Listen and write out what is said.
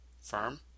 firm